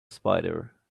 spider